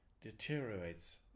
deteriorates